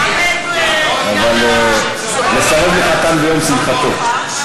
לסרב לחתן ביום שמחתו.